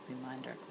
Reminder